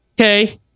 Okay